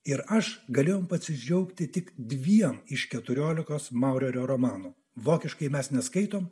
ir aš galėjom pasidžiaugti tik dviem iš keturiolikos maurerio romanų vokiškai mes neskaitom